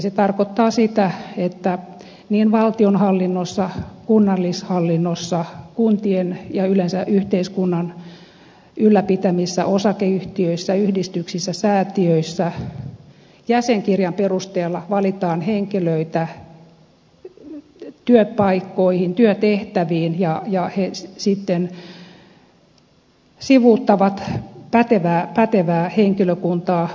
se tarkoittaa sitä että niin valtionhallinnossa kuin kunnallishallinnossa kuntien ja yleensä yhteiskunnan ylläpitämissä osakeyhtiöissä yhdistyksissä säätiöissä jäsenkirjan perusteella valitaan henkilöitä työpaikkoihin työtehtäviin ja he sitten sivuuttavat pätevää henkilökuntaa